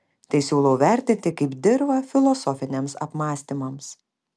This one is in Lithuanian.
tai siūlau vertinti kaip dirvą filosofiniams apmąstymams